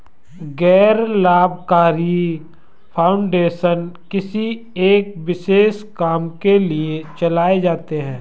गैर लाभकारी फाउंडेशन किसी एक विशेष काम के लिए चलाए जाते हैं